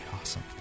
awesome